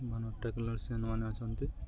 ମାନ ଟେକ୍ନିସିଆନ୍ମାନେ ଅଛନ୍ତି